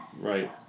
Right